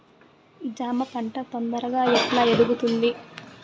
జామ పంట తొందరగా ఎట్లా ఎదుగుతుంది?